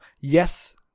yes